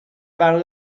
vanno